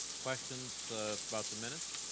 questions about the minutes?